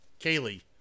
Kaylee